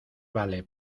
vale